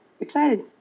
excited